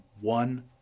one